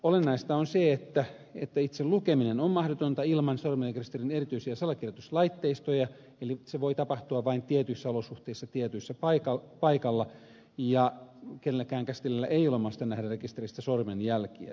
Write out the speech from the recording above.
olennaista on se että itse lukeminen on mahdotonta ilman sormenjälkirekisterin erityisiä salakirjoituslaitteistoja eli se voi tapahtua vain tietyissä olosuhteissa tietyllä paikalla eikä kenelläkään käsittelijällä ole mahdollisuutta nähdä rekisteristä sormenjälkiä sinänsä